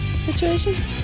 situation